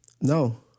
no